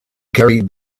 gary